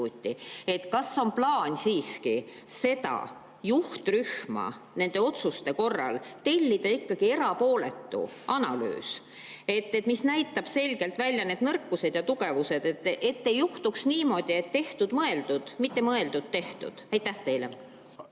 Kas on plaan siiski selle juhtrühma otsuste korral tellida ikkagi erapooletu analüüs, mis näitab selgelt välja nõrkused ja tugevused, et ei juhtuks niimoodi, et on tehtud-mõeldud, mitte mõeldud-tehtud? Tanel